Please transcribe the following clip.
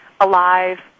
alive